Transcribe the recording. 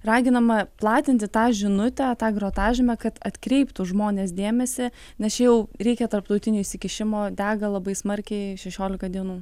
raginama platinti tą žinutę tą grotažymę kad atkreiptų žmonės dėmesį nes čia jau reikia tarptautinio įsikišimo dega labai smarkiai šešiolika dienų